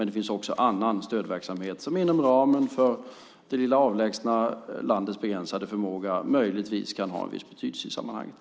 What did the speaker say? Det finns också annan stödverksamhet som inom ramen för det lilla avlägsna landets begränsade förmåga möjligtvis kan ha viss betydelse i sammanhanget.